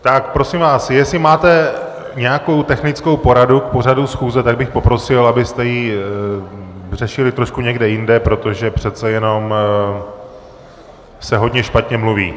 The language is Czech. Tak prosím vás, jestli máte nějakou technickou poradu k pořadu schůze, tak bych poprosil, abyste ji řešili trošku někde jinde, protože přece jenom se hodně špatně mluví.